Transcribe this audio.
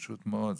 פשוט מאוד,